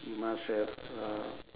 you must have uh